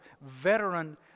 veteran